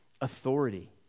authority